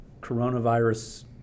coronavirus